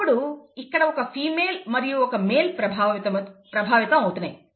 అప్పుడు ఇక్కడ ఒక ఫిమేల్ మరియు ఒక మేల్ ప్రభావితం అవుతున్నాయి